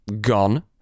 gone